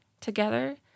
Together